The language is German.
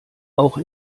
auch